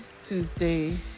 Tuesday